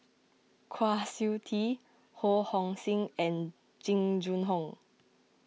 Kwa Siew Tee Ho Hong Sing and Jing Jun Hong